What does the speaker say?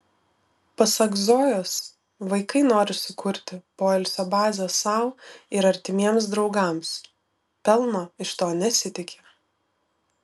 pasak zojos vaikai nori sukurti poilsio bazę sau ir artimiems draugams pelno iš to nesitiki